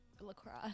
lacrosse